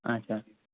اچھا